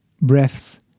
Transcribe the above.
breaths